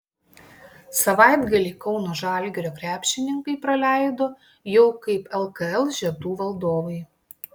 savaitgalį kauno žalgirio krepšininkai praleido jau kaip lkl žiedų valdovai